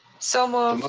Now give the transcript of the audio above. so moved.